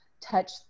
touch